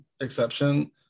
exception